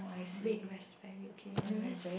red raspberry okay and rasp~